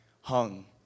hung